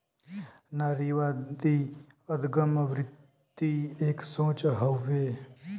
नारीवादी अदगम वृत्ति एक सोच हउए